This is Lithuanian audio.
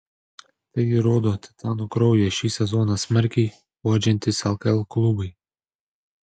tai įrodo titanų kraują šį sezoną smarkiai uodžiantys lkl klubai